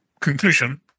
conclusion